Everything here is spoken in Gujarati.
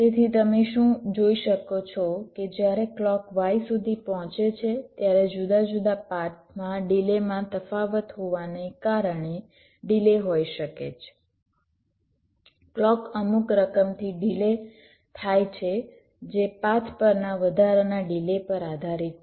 તેથી તમે શું જોઈ શકો છો કે જ્યારે ક્લૉક y સુધી પહોંચે છે ત્યારે જુદા જુદા પાથ માં ડિલેમાં તફાવત હોવાને કારણે ડિલે હોય શકે ક્લૉક અમુક રકમથી ડિલે થાય છે જે પાથ પરના વધારાના ડિલે પર આધારિત છે